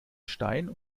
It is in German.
stein